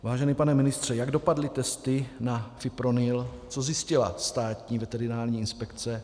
Vážený pane ministře, jak dopadly testy na fipronil, co zjistila Státní veterinární inspekce?